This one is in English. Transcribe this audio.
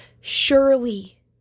surely